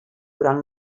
durant